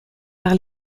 par